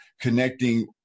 connecting